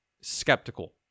skeptical